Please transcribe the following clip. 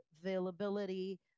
availability